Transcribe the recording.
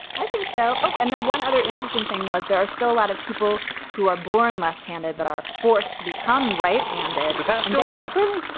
i think so. oh, and then one other interesting thing was there are still a lot of people who are born left handed but are forced to become right handed. does that still happen?